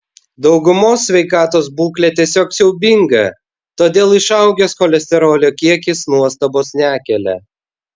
daugumos sveikatos būklė tiesiog siaubinga todėl išaugęs cholesterolio kiekis nuostabos nekelia